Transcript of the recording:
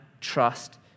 trust